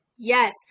Yes